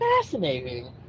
fascinating